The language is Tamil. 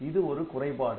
இது ஒரு குறைபாடு